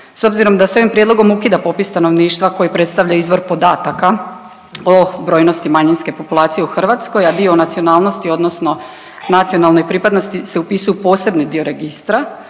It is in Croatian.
S obzirom da s ovim prijedlogom ukida popis stanovništva koji predstavlja izvor podataka o brojnosti manjinske populacije u Hrvatskoj, a dio nacionalnosti, odnosno nacionalnoj pripadnosti se upisuju posebni dio registra